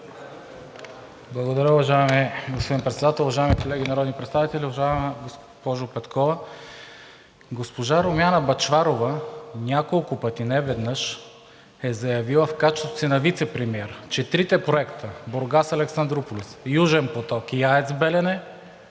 Благодаря. Уважаеми господин Председател, уважаеми колеги народни представители! Уважаема госпожо Петкова, госпожа Бъчварова няколко пъти, неведнъж, е заявила в качеството си на вицепремиер, че трите проекта – „Бургас – Александруполис“, „Южен поток“ и АЕЦ „Белене“,